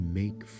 make